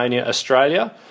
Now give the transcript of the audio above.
Australia